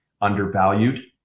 undervalued